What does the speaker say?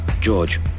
George